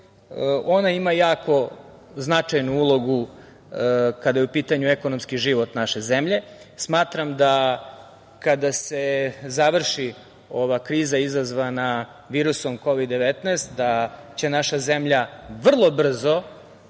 ona ima jako značajnu ulogu kada je u pitanju ekonomski život naše zemlje. Smatram da kada se završi ova kriza izazvana virusom KOVID – 19 da će naša zemlja vrlo brzo